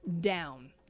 down